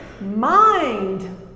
mind